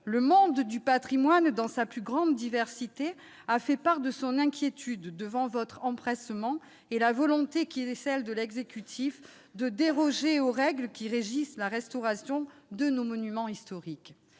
Le monde du patrimoine, dans sa plus grande diversité, a fait part de son inquiétude devant votre empressement et devant la volonté de l'exécutif de déroger aux règles qui régissent la restauration de nos monuments historiques.